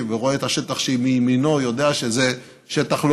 ורואה את השטח מימינו יודע שזה שטח לא